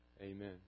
Amen